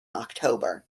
october